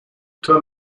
turn